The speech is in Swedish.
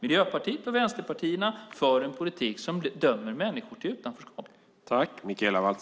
Miljöpartiet och vänsterpartierna för en politik som dömer människor till utanförskap.